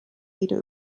wieder